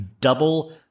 Double